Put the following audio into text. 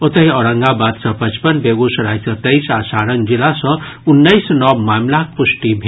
ओतहि औरंगाबाद सॅ पचपन बेगूसराय सॅ तेईस आ सारण जिला सॅ उन्नैस नव मामिलाक पुष्टि भेल